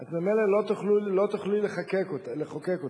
את ממילא לא תוכלי לחוקק אותה.